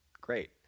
Great